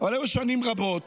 אבל היו שנים רבות